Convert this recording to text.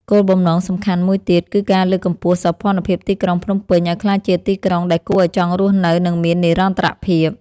គោលបំណងសំខាន់មួយទៀត គឺការលើកកម្ពស់សោភ័ណភាពទីក្រុងភ្នំពេញឱ្យក្លាយជាទីក្រុងដែលគួរឱ្យចង់រស់នៅ និងមាននិរន្តរភាព។